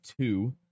two